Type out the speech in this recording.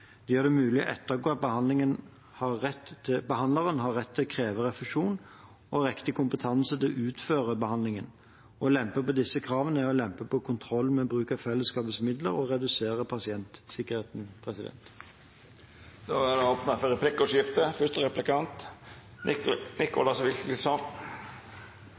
Det gjør det mulig å ettergå at behandleren har rett til å kreve refusjon og riktig kompetanse til å utføre behandlingen. Å lempe på disse kravene er å lempe på kontrollen med bruk av fellesskapets midler og å redusere pasientsikkerheten.